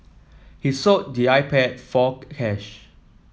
he sold the iPad for cash